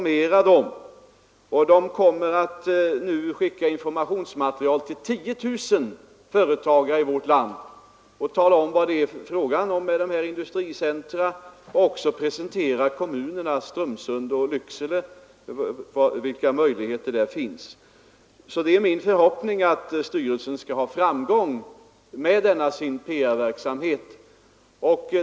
Man kommer nu att skicka informationsmaterial till 10 000 företagare i vårt land och tala om vad meningen är med dessa industricentra, presentera kommunerna Strömsund och Lycksele och redogöra för vilka möjligheter där finns. Det är min förhoppning att styrelsen skall ha framgång med denna PR-verksamhet.